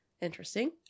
Interesting